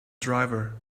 driver